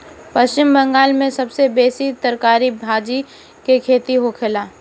पश्चिम बंगाल में सबसे बेसी तरकारी भाजी के खेती होखेला